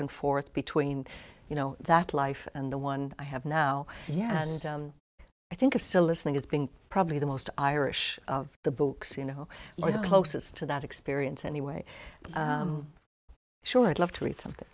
and forth between you know that life and the one i have now yes i think i still listening is being probably the most irish the books you know are the closest to that experience anyway sure i'd love to read something